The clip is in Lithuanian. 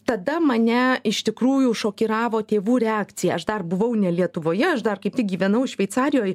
tada mane iš tikrųjų šokiravo tėvų reakcija aš dar buvau ne lietuvoje aš dar kaip tik gyvenau šveicarijoj